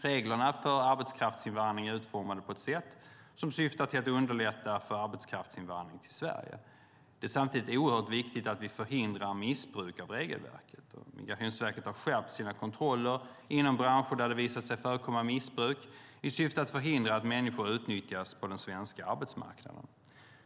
Reglerna för arbetskraftsinvandring är utformade på ett sätt som syftar till att underlätta för arbetskraftsinvandring till Sverige. Det är samtidigt oerhört viktigt att vi förhindrar missbruk av regelverket. Migrationsverket har skärpt sina kontroller inom branscher där det visat sig förekomma missbruk i syfte att förhindra att människor utnyttjas på den svenska arbetsmarknaden.